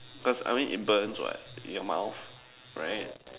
cause I mean it burns what in your mouth right